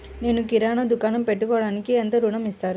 నేను కిరాణా దుకాణం పెట్టుకోడానికి ఎంత ఋణం ఇస్తారు?